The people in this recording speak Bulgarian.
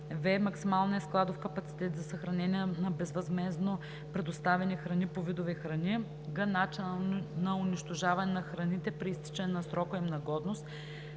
в) максималния складов капацитет за съхраняване на безвъзмездно предоставени храни – по видове храни; г) начина на унищожаване на храните при изтичане на срока им на годност;